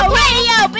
radio